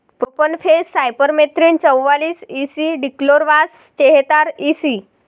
profenofos cypermethrin चौवालीस E C dichlorvos चेहतार EC